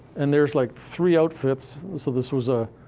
and there's like three outfits so this was a.